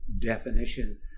definition